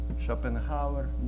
Schopenhauer